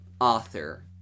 author